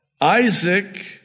Isaac